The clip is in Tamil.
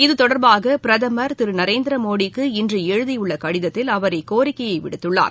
இத்தொடர்பாக பிரதமர் திரு நரேந்திர மோடிக்கு இன்று எழுதியுள்ள ஷதத்தில் அவர் இக்கோரிக்கையை விடுத்துள்ளார்